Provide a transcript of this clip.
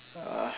uh